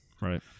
right